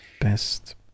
Best